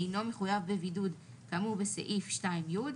אינו מחויב בבידוד כאמור בסעיף 2(י):